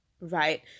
right